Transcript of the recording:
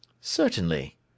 Certainly